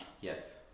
Yes